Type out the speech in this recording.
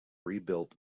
rebuilt